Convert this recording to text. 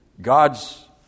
God's